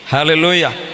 Hallelujah